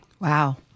Wow